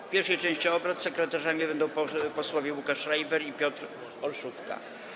W pierwszej części obrad sekretarzami będą posłowie Łukasz Schreiber i Piotr Olszówka.